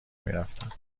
میرفتم